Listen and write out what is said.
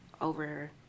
over